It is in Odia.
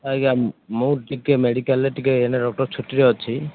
ଆଜ୍ଞା ମୁଁ ଟିକେ ମେଡ଼ିକାଲରେ ଟିକେ ଏଇନେ ଛୁଟିରେ ଅଛି